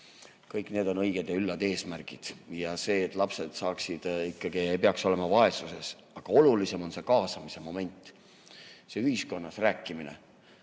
kõik need on õiged ja üllad eesmärgid. Ja see, et lapsed ikkagi ei peaks olema vaesuses. Aga olulisem on see kaasamise moment, see ühiskonnas kaasa rääkimine.